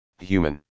Human